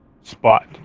spot